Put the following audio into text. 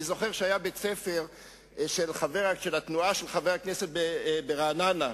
אני זוכר שהיה בית-ספר של התנועה של חבר הכנסת גפני ברעננה,